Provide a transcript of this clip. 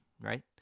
right